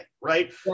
right